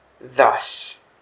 thus